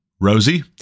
Rosie